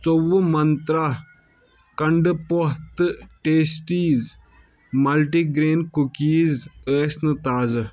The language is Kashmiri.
ژۄوُہ منٛترٛا کنٛڈٕ پوہ تہٕ ٹیسٹیٖز ملٹی گرٛین کُکیٖز ٲسۍ نہٕ تازٕ